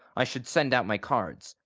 i should send out my cards.